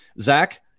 Zach